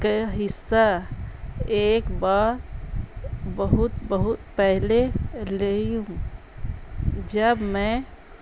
کا حصہ ایک بار بہت بہت پہلے لی ہوں جب میں